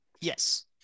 Yes